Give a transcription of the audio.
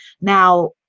now